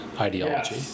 ideology